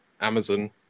Amazon